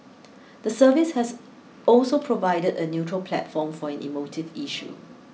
the service has also provided a neutral platform for an emotive issue